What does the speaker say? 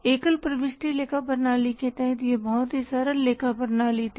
एकल प्रविष्टि लेखा प्रणाली के तहत यह बहुत ही सरल लेखा प्रणाली थी